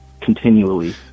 continually